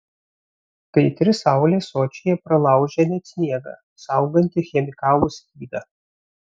kaitri saulė sočyje pralaužia net sniegą saugantį chemikalų skydą